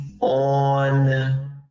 on